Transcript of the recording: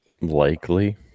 Likely